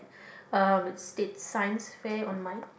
um is states science fair on my